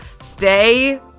Stay